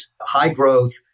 high-growth